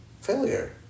failure